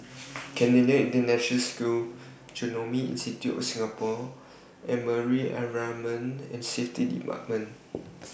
Canadian International School Genome Institute of Singapore and Marine Environment and Safety department